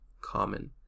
common